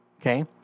Okay